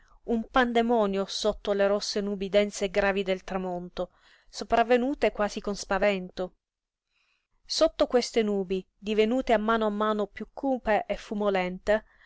un pandemonio sotto le rosse nubi dense e gravi del tramonto sopravvenute quasi con spavento sotto queste nubi divenute a mano a mano piú cupe e fumolente